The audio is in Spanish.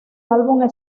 álbum